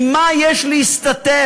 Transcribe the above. ממה יש להסתתר?